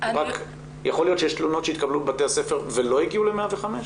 יכול להיות שיש תלונות שהתקבלו בבתי הספר ולא הגיעו ל-105?